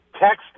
text